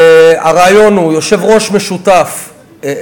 הרעיון הוא יושבי-ראש שותפים,